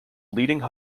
leading